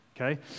okay